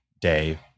day